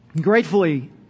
Gratefully